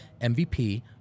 MVP